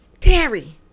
Terry